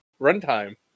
runtime